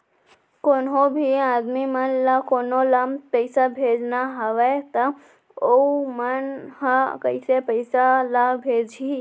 कोन्हों भी आदमी मन ला कोनो ला पइसा भेजना हवय त उ मन ह कइसे पइसा ला भेजही?